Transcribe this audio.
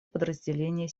подразделения